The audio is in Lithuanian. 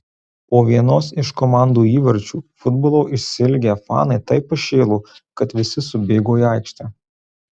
po vienos iš komandų įvarčių futbolo išsiilgę fanai taip pašėlo kad visi subėgo į aikštę